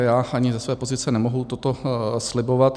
Já ani ze své pozice nemohu toto slibovat.